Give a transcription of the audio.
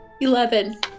Eleven